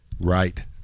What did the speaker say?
Right